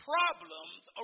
Problems